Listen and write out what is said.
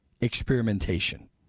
experimentation